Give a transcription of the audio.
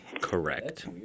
Correct